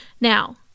Now